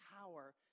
power